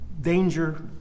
danger